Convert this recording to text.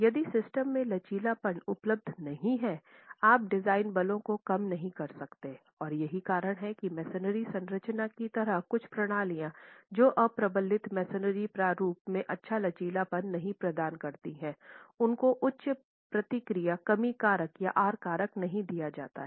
यदि सिस्टम में लचीलापन उपलब्ध नहीं है आप डिज़ाइन बलों को कम नहीं कर सकते और यही कारण है कि मैसनरी संरचनाओं की तरह कुछ प्रणालियाँ जो अप्रबलित मैसनरी प्रारूप में अच्छा लचीलापन नहीं प्रदान करती हैं उनको उच्च प्रतिक्रिया कमी कारक या आर कारक नहीं दिया जाता है